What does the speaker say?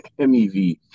MEV